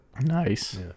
Nice